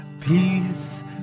Peace